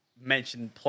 mentioned